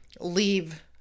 leave